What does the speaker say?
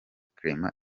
clement